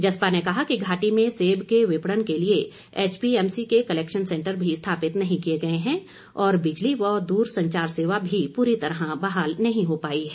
जस्पा ने कहा कि घाटी में सेब के विपणन के लिए एचपीएमसीके कलैक्शन सैंटर भी स्थापित नहीं किए गए हैं और बिजली व दूरसंचार सेवा भी पूरी तरह बहाल नहीं हो पाई है